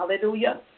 Hallelujah